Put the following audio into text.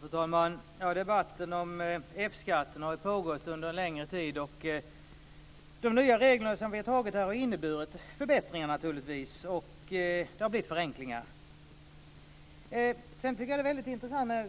Fru talman! Debatten om F-skatten har ju pågått under en längre tid. De nya reglerna som vi har antagit här har naturligtvis inneburit förbättringar, och det har blivit förenklingar. Jag tycker att